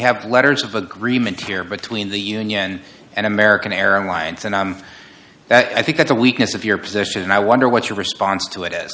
have letters of agreement here between the union and american airlines and that i think that the weakness of your position and i wonder what your response to it has